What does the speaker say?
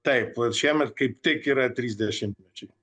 taip šiemet kaip tik yra trys dešimtmečiai